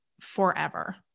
forever